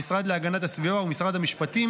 המשרד להגנת הסביבה ומשרד המשפטים,